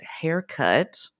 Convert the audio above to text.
haircut